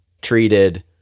treated